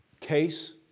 Case